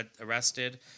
arrested